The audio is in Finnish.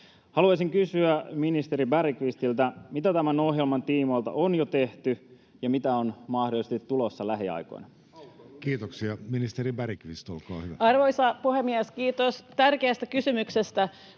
Haluaisin kysyä ministeri Bergqvistiltä: mitä tämän ohjelman tiimoilta on jo tehty, ja mitä on mahdollisesti tulossa lähiaikoina? Kiitoksia. — Ministeri Bergqvist, olkaa hyvä. Arvoisa puhemies! Kiitos tärkeästä kysymyksestä.